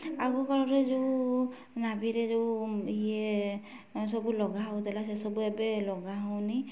ଆଗ କାଳରେ ଯେଉଁ ନାଭିରେ ଯେଉଁ ଇଏ ସବୁ ଲଗା ହେଉଥିଲା ସେସବୁ ଏବେ ଲଗାହେଉନି